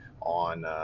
on